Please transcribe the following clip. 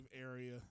area